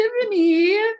Tiffany